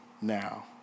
now